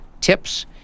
Tips